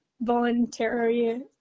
voluntary